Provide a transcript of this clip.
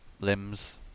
limbs